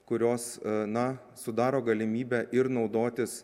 kurios na sudaro galimybę ir naudotis